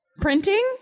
Printing